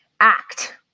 act